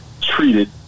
treated